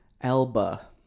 Elba